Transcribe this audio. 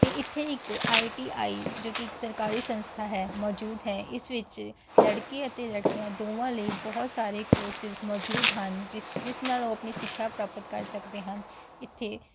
ਅਤੇ ਇੱਥੇ ਇੱਕ ਆਈ ਟੀ ਆਈ ਜੋ ਕਿ ਇੱਕ ਸਰਕਾਰੀ ਸੰਸਥਾ ਹੈ ਮੌਜੂਦ ਹੈ ਇਸ ਵਿੱਚ ਲੜਕੇ ਅਤੇ ਲੜਕੀਆਂ ਦੋਵਾਂ ਲਈ ਬਹੁਤ ਸਾਰੇ ਕੋਰਸਿਸ ਮੌਜੂਦ ਹਨ ਜਿਸ ਜਿਸ ਨਾਲ ਉਹ ਆਪਣੀ ਸਿੱਖਿਆ ਪ੍ਰਾਪਤ ਕਰ ਸਕਦੇ ਹਨ ਇੱਥੇ